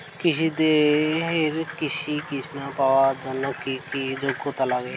কৃষকদের কৃষি ঋণ পাওয়ার জন্য কী কী যোগ্যতা লাগে?